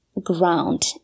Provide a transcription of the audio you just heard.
ground